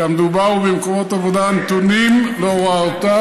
כשהמדובר הוא במקומות עבודה הנתונים להוראותיו